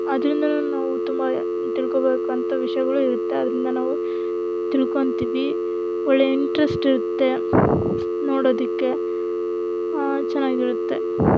ಅದರಿಂದಾನೂ ನಾವು ತುಂಬ ತಿಳ್ಕೋಬೇಕು ಅಂಥ ವಿಷಯಗಳು ಇರುತ್ತೆ ಅದರಿಂದ ನಾವು ತಿಳ್ಕೊತೀವಿ ಒಳ್ಳೆಯ ಇಂಟ್ರೆಸ್ಟ್ ಇರುತ್ತೆ ನೋಡೋದಕ್ಕೆ ಚೆನ್ನಾಗಿರುತ್ತೆ